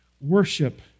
worship